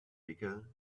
bigger